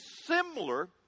similar